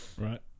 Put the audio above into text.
Right